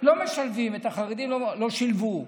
לא משלבים, את החרדים לא שילבו.